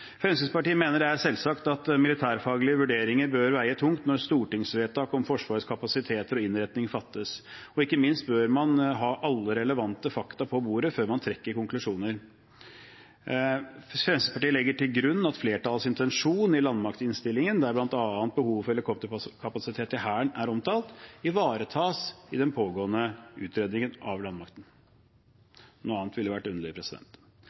Fremskrittspartiet mener det er selvsagt at militærfaglige vurderinger bør veie tungt når stortingsvedtak om Forsvarets kapasiteter og innretning fattes. Ikke minst bør man ha alle relevante fakta på bordet før man trekker konklusjoner. Fremskrittspartiet legger til grunn at flertallets intensjon i landmaktinnstillingen, Innst. 62 S for 2016–2017, der bl.a. behovet for helikopterkapasitet i Hæren er omtalt, ivaretas i den pågående utredningen av landmakten. Noe annet ville vært underlig.